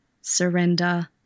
surrender